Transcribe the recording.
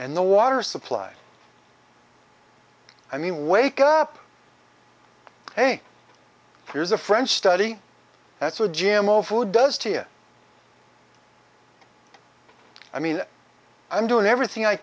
and the water supply i mean wake up hey here's a french study that's a gym all food does to you i mean i'm doing everything i